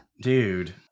dude